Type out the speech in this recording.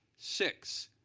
six